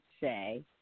say